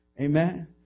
Amen